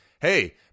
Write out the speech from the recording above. Hey